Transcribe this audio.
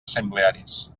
assemblearis